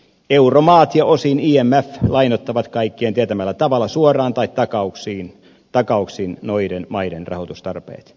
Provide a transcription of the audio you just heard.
euromaat ja osin imf lainoittavat kaikkien tietämällä tavalla suoraan tai takauksin noiden maiden rahoitustarpeet